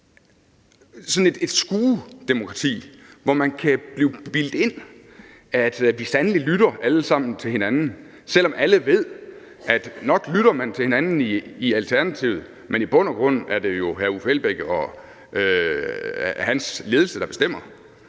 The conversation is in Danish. et skuedemokrati, hvor man kan blive bildt ind, at vi alle sammen sandelig lytter til hinanden, selv om alle ved, at nok lytter man til hinanden i Alternativet, men i bund og grund er det jo hr. Uffe Elbæk og hans ledelse, der bestemmer.